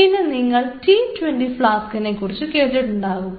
പിന്നെ നിങ്ങൾ T 20 ഫ്ലാസ്കിനെ കുറിച്ച് കേട്ടിട്ടുണ്ടാവും